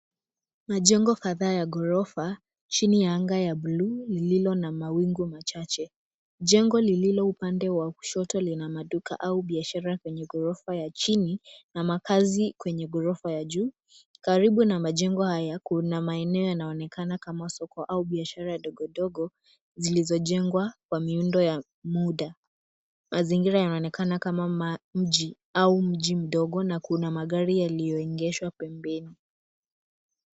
Majengo kadhaa ya ghorofa chini ya anga ya buluu lililo na mawingu machache ,jengo lililo upande wa kushoto lina maduka au biashara kwenye ghorofa ya chini na makazi kwenye ghorofa ya juu ,karibu na majengo haya kuna maeneo yanaonekana kama soko au biashara ndogo ndogo zilizojengwa kwa miundo ya muda mazingira yanaonekana kama mji au mji mdogo na kuna magari yaliyoegeshwa pembeni.